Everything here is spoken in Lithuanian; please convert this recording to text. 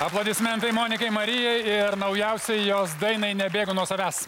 aplodismentai monikai marijai ir naujausiai jos dainai nebėgu nuo savęs